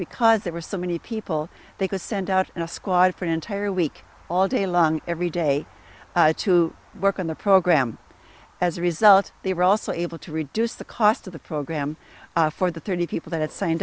because there were so many people they could send out a squad for an entire week all day long every day to work on the program as a result they were also able to reduce the cost of the program for the thirty